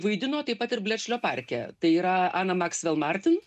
vaidino taip pat ir blečlio parke tai yra ana maksvel martin